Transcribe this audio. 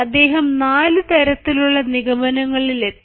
അദ്ദേഹം നാല് തരത്തിലുള്ള നിഗമനങ്ങളിൽ എത്തി